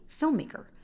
filmmaker